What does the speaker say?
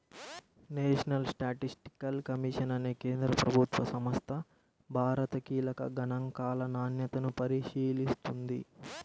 national statistical commission అనే కేంద్ర ప్రభుత్వ సంస్థ భారత కీలక గణాంకాల నాణ్యతను పరిశీలిస్తుంది